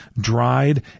dried